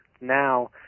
now